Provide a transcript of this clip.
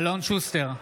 אלון שוסטר,